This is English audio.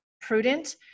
prudent